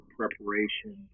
preparation